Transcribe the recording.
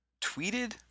tweeted